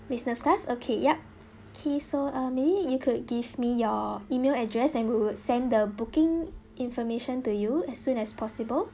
business class okay yup okay so uh maybe you could give me your email address and we would send the booking information to you as soon as possible